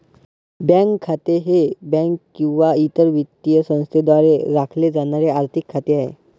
bank खाते हे bank किंवा इतर वित्तीय संस्थेद्वारे राखले जाणारे आर्थिक खाते आहे